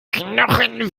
knochen